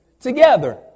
together